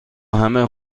همه